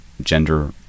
gender